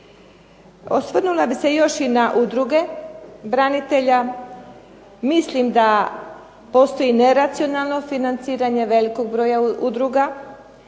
Osvrnula bih se još i na udruge branitelja. Mislim da postoji neracionalno financiranje velikog broja udruga.